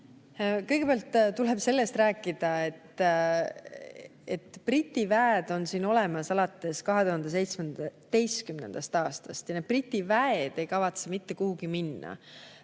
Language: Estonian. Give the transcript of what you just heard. Kõigepealt tuleb sellest rääkida, et Briti väed on siin olnud alates 2017. aastast ja need Briti väed ei kavatse mitte kuhugi minna.